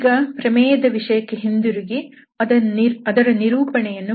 ಈಗ ಪ್ರಮೇಯದ ವಿಷಯಕ್ಕೆ ಹಿಂತಿರುಗಿ ಅದರ ನಿರೂಪಣೆಯನ್ನು ಪರಿಶೀಲಿಸೋಣ